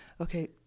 Okay